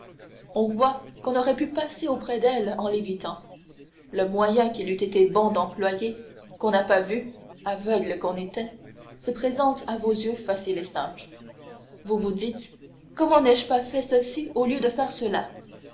on voit qu'on aurait pu passer auprès d'elle en l'évitant le moyen qu'il eût été bon d'employer qu'on n'a pas vu aveugle qu'on était se présente à vos yeux facile et simple vous vous dites comment n'ai-je pas fait cela au lieu de faire cela